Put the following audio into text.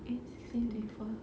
eight sixteen twenty four